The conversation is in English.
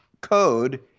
code